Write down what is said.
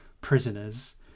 prisoners